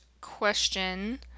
question